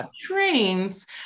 trains